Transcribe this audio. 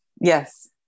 Yes